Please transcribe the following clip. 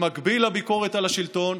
במקביל לביקורת על השלטון,